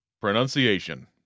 Pronunciation